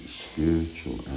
spiritual